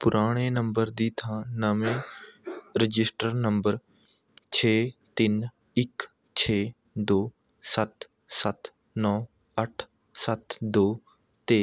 ਪੁਰਾਣੇ ਨੰਬਰ ਦੀ ਥਾਂ ਨਵੇਂ ਰਜਿਸਟਰ ਨੰਬਰ ਛੇ ਤਿੰਨ ਇੱਕ ਛੇ ਦੋ ਸੱਤ ਸੱਤ ਨੌ ਅੱਠ ਸੱਤ ਦੋ 'ਤੇ